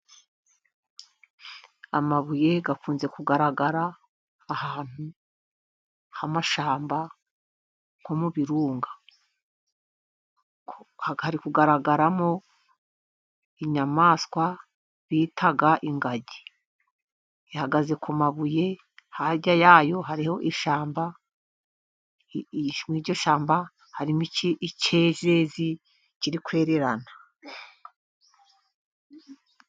Amabuye akunze kugaragara ahantu h’amashyamba, nko mu birunga. Hari kugaragaramo inyamaswa bita ingagi ihagaze ku mabuye. Hirya yayo hariho ishyamba, muri iryo shyamba harimo icyezezi kiri kwererana.